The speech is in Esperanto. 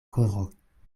koro